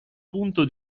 punto